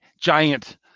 giant